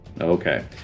Okay